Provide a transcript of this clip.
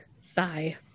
sigh